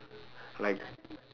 like